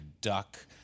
duck